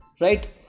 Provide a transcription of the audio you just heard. Right